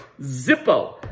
Zippo